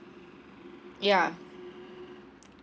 ya